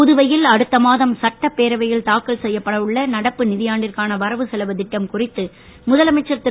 புதுவையில் அடுத்த மாதம் சட்டப்பேரவையில் தாக்கல் செய்யப்பட உள்ள நடப்பு ந நிதியாண்டிற்கான வரவு செலவுத் திட்டம் குறித்து முதலமைச்சர் திரு